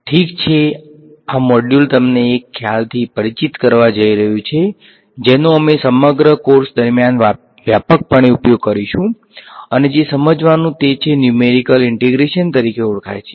ઠીક છે આ મોડ્યુલ તમને એક ખ્યાલથી પરિચિત કરવા જઈ રહ્યું છે જેનો અમે સમગ્ર કોર્સ દરમિયાન વ્યાપકપણે ઉપયોગ કરીશું અને જે સમજવાનુ છે તે ન્યુમેરીકલ ઈંટેગ્રેશન તરીકે ઓળખાય છે